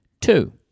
Two